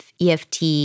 EFT